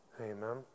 Amen